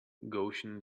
gaussian